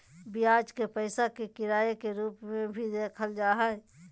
ब्याज के पैसे के किराए के रूप में भी देखल जा हइ